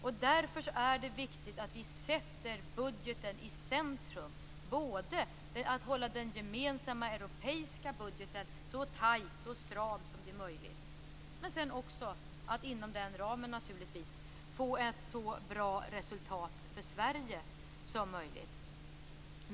Därför är det viktigt att vi sätter budgeten i centrum både för att hålla den gemensamma europeiska budgeten så stram som möjligt och också för att inom den ramen få ett så bra resultat för Sverige som möjligt.